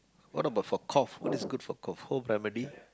what about for cough what is good for cough family